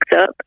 up